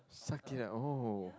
suck it up oh